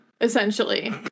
essentially